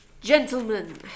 Gentlemen